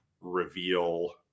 reveal